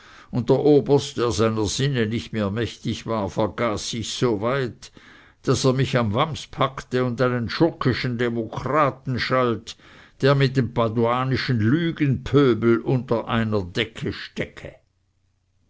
und der oberst der seiner sinne nicht mehr mächtig war vergaß sich so weit daß er mich am wams packte und einen schurkischen demokraten schalt der mit dem paduanischen lügenpöbel unter einer decke stecke